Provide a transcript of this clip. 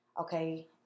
okay